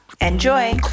Enjoy